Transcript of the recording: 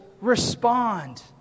respond